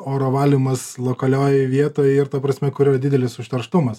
oro valymas lokalioj vietoj ir ta prasme kur jau didelis užterštumas